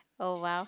oh !wow!